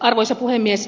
arvoisa puhemies